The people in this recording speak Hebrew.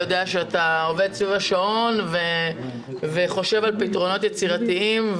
יודע שאתה עובד סביב השעון וחושב על פתרונות יצירתיים.